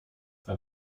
bei